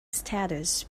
status